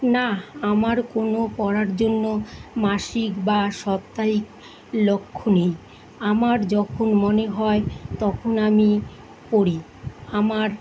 না আমার কোনও পড়ার জন্য মাসিক বা সাপ্তাহিক লক্ষ্য নেই আমার যখন মনে হয় তখন আমি পড়ি আমার